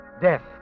death